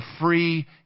free